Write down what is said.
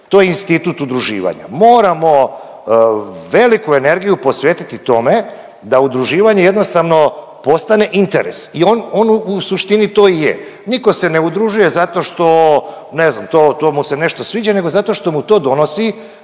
to je institut udruživanja. Moramo veliku energiju posvetiti tome da udruživanje jednostavno postane interes i on u suštini to i je. Niko se ne udružuje zato što ne znam to mu se nešto sviđa nego zato što mu to donosi